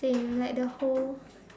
same like the whole